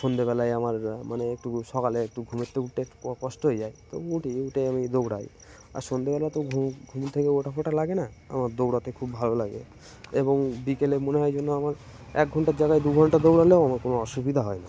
সন্ধেবেলায় আমার মানে একটু সকালে একটু ঘুমের থেকে উঠতে একটু কষ্ট হয়ে যায় তবু উঠি উঠে আমি দৌড়াই আর সন্ধেবেলা তো ঘু ঘুম থেকে ওঠা ফোটা লাগে না আমার দৌড়াতে খুব ভালো লাগে এবং বিকেলে মনে হয় যেন আমার এক ঘন্টার জায়গায় দু ঘণ্টা দৌড়ালেও আমার কোনো অসুবিধা হয় না